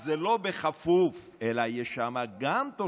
אז זה לא בכפוף, אלא יש שם גם תוספת